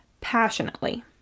passionately